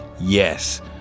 yes